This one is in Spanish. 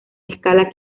escala